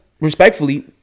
respectfully